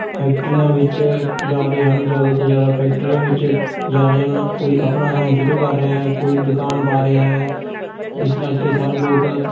ਫੈਕਟਰੀਆਂ ਵਿੱਚ ਜਾ ਰਹੇ ਹਨ ਜ਼ਿਆਦਾ ਤੋਂ ਜ਼ਿਆਦਾ ਫੈਕਟਰੀਆਂ ਵਿੱਚ ਜਾ ਰਹੇ ਹਨ ਕੋਈ ਆਪਣਾ ਕੰਮ ਸ਼ੁਰੂ ਕਰ ਰਿਹਾ ਹੈ ਕੋਈ ਦੁਕਾਨ ਪਾ ਰਿਹਾ ਹੈ ਇਸ ਕਰਕੇ ਸਭ ਲੋਕ